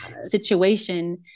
situation